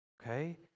okay